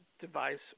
device